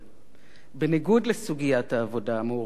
בניגוד לסוגיית העבודה המאורגנת,